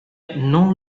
non